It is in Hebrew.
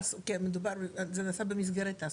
כי מדובר, זה נעשה במסגרת תעסוקה.